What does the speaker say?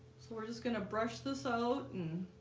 so we're just going to brush this out and